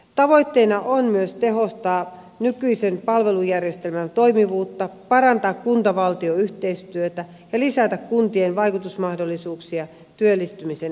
tavoitteena on myös tehostaa nykyisen palvelujärjestelmän toimivuutta parantaa kuntavaltio yhteistyötä ja lisätä kuntien vaikutusmahdollisuuksia työllistymisen edistämiseksi